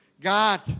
God